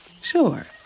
sure